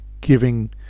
giving